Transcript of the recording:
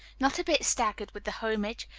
not a bit staggered with the homage,